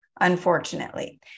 unfortunately